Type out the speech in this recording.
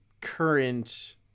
current